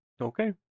Okay